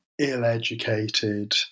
ill-educated